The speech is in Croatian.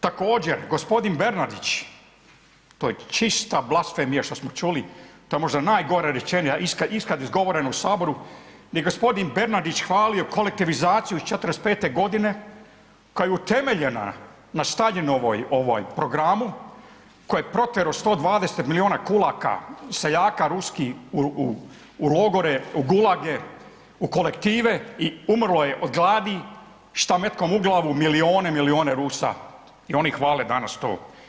Također gospodin Bernardić, to je čista blasfemija što smo čuli, to je možda najgori iskaz izgovoren u Saboru gdje gospodin Bernardić hvalio kolektivizaciju '45. godine koja je utemeljena na Staljinovom programu koji je protjerao 120 milijuna kulaka, seljaka ruskih u logore u gulage u kolektive i umrlo je od gladi šta metkom u glavu milijune i milijune Rusa i oni hvale danas to.